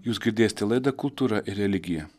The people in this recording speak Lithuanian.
jūs girdėsite laidą kultūra ir religija